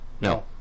No